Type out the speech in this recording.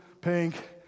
pink